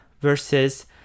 versus